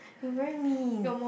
you very mean